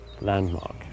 landmark